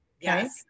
Yes